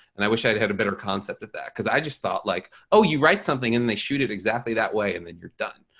and i wish i had had a better concept of that cuz i just thought like oh you write something and they shoot it exactly that way and then you're done.